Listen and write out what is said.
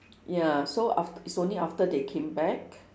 ya so aft~ is only after they came back